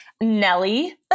Nelly